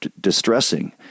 distressing